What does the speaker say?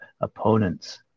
opponents